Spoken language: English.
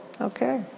Okay